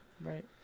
right